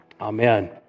Amen